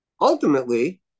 Ultimately